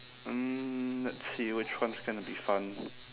um let's see which one's gonna be fun